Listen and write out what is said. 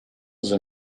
the